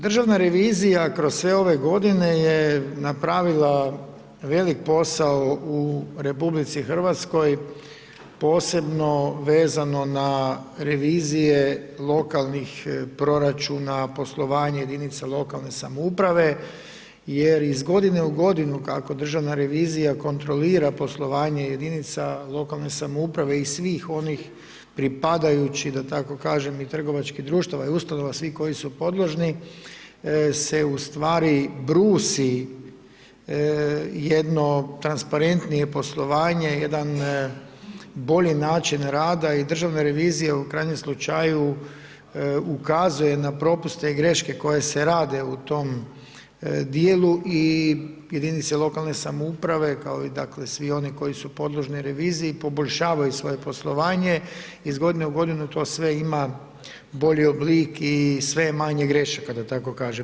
Državna revizija kroz sve ove godine je napravila velik posao u RH posebno vezano na revizije lokalnih proračuna, poslovanja jedinica lokalne samouprave, jer iz godine kako Državna revizija kontrolira poslovanja jedinica lokalne samouprave i svih onih pripadajućih da tako kažem i trgovačkih društava i ustanova svih koji su podložni, se ustvari brusi jedno transparentnije poslovanje, jedan bolji način rada i Državna revizija u krajnjem slučaju ukazuje na propuste i greške koje se rade u tom dijelu i jedinice lokalne samouprave kao i dakle, siv oni koji su podložni reviziji, poboljšavaju svoje poslovanje, iz godine u godinu to sve ima bolji oblik i sve je manje grešaka, da tako kažem.